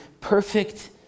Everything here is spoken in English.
perfect